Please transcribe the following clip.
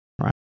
right